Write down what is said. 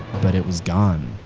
but it was gone,